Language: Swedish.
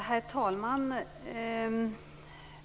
Herr talman!